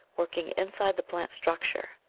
working inside the plant structure.